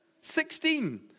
Sixteen